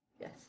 yes